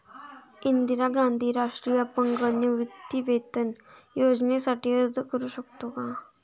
इंदिरा गांधी राष्ट्रीय अपंग निवृत्तीवेतन योजनेसाठी अर्ज करू शकतो का?